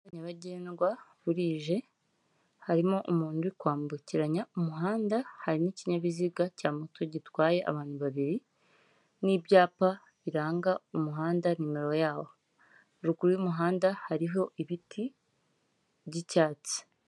Umuhanda nyabagendwa burije harimo umuntu uri kwambukiranya umuhanda, hari n'ikinyabiziga cya moto gitwaye abantu babiri n'ibyapa biranga umuhanda nimero yawo, ruguru y'umuhanda hariho ibiti by'icyatsi.